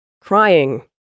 crying